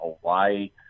Hawaii